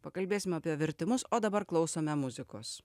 pakalbėsim apie vertimus o dabar klausome muzikos